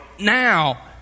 now